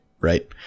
Right